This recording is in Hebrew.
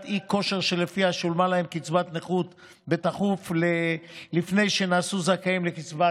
האי-כושר שלפיה שולמה להם קצבת נכות לפני שנעשו זכאים לקצבת